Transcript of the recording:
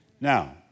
Now